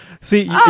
See